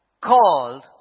called